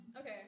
Okay